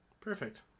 Perfect